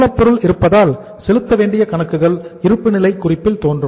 மூலப்பொருள் இருப்பதால் செலுத்தவேண்டிய கணக்குகள் இருப்புநிலை குறிப்பில் தோன்றும்